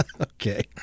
Okay